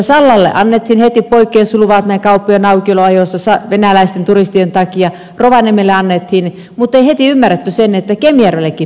sallalle annettiin heti poikkeusluvat näistä kauppojen aukioloajoista venäläisten turistien takia rovaniemelle annettiin mutta ei heti ymmärretty sitä että kemijärvellekin pitää saada